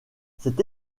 cette